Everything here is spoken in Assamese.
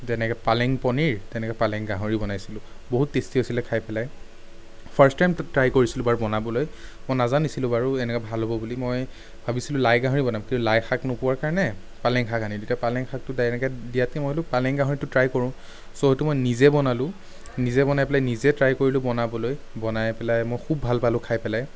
যেনেকে পালেং পনীৰ তেনেকে পালেং গাহৰিও বনাইছিলোঁ বহুত টেষ্টি হৈছিলে খাই পেলায় ফাৰ্ষ্ট টাইম ট্ৰাই কৰিছিলোঁ বাৰু বনাবলৈ মই নাজানিছিলোঁ বাৰু এনেকে ভাল হ'ব বুলি মই ভাবিছিলোঁ লাই গাহৰি বনাম কিন্তু লাই শাক নোপোৱাৰ কাৰণে পালেং শাক আনিলোঁ এতিয়া পালেং শাকটো ডা এনেকে দিয়াতকে মই ভাবিলোঁ পালেং গাহৰিটোত ট্ৰাই কৰোঁ চ' এইটো মই নিজে বনালোঁ নিজে বনাই পেলাই নিজে ট্ৰাই কৰিলোঁ বনাবলৈ বনাই পেলাই মই খুব ভাল পালো খাই পেলায়